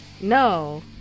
No